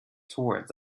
towards